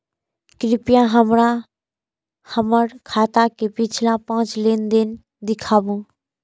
कृपया हमरा हमर खाता के पिछला पांच लेन देन दिखाबू